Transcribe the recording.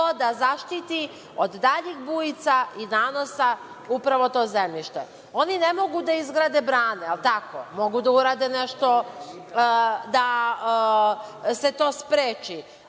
da zaštiti od daljih bujica i nanosa upravo to zemljište. Oni ne mogu da izgrade brane, jel tako? Mogu da urade nešto da se to spreči.